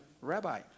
rabbi